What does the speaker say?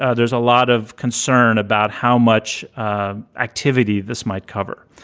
ah there's a lot of concern about how much activity this might cover.